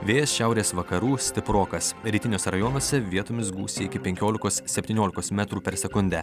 vėjas šiaurės vakarų stiprokas rytiniuose rajonuose vietomis gūsiai iki penkiolikos septyniolikos metrų per sekundę